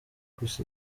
gusa